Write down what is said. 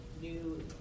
new